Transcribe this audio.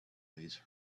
these